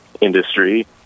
industry